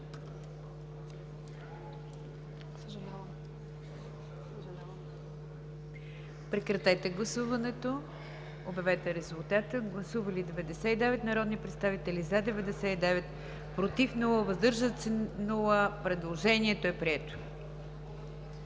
Прекратете гласуването и обявете резултата. Гласували 212 народни представители: за 177, против 1, въздържали се 34. Предложението е прието.